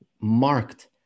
marked